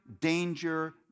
danger